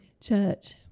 church